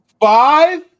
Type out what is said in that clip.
Five